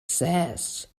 zest